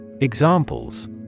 Examples